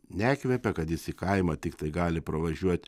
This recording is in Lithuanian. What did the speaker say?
nekvepia kad jis į kaimą tiktai gali pravažiuot